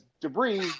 debris